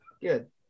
Good